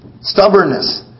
Stubbornness